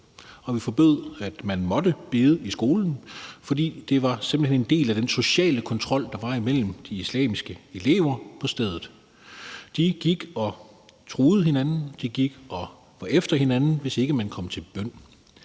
vi forbød, at man måtte bede i skolen, fordi det simpelt hen var en del af den sociale kontrol mellem de islamiske elever på stedet. De gik og truede hinanden, og de gik og var efter hinanden, hvis ikke de kom til bøn.